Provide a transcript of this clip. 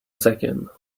second